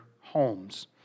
homes